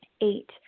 Eight